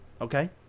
okay